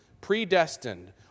predestined